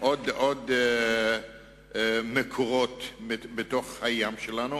עוד מקורות בים שלנו,